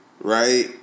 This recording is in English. right